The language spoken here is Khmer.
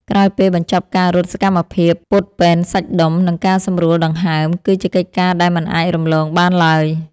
ក្រោយពេលបញ្ចប់ការរត់ សកម្មភាពពត់ពែនសាច់ដុំ និងការសម្រួលដង្ហើម គឺជាកិច្ចការដែលមិនអាចរំលងបានឡើយ។